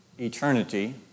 eternity